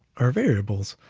our variables.